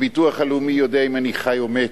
הביטוח הלאומי יודע אם אני חי או מת,